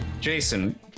Jason